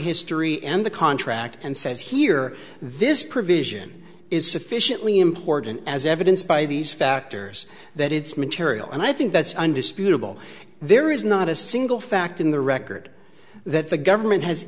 history and the contract and says here this provision is sufficiently important as evidence by these factors that it's material and i think that's an undisputable there is not a single fact in the record that the government has